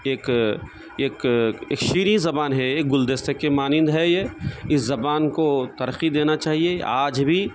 ایک ایک شیریں زبان ہے ایک گلدستہ کے مانند ہے یہ اس زبان کو ترقی دینا چاہیے آج بھی